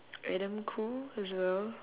adam khoo as well